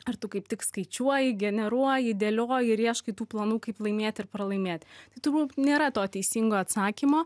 ar tu kaip tik skaičiuoji generuoji dėlioji ir ieškai tų planų kaip laimėti ir pralaimėti turbūt nėra to teisingo atsakymo